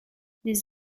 des